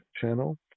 channel